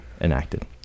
enacted